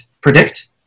predict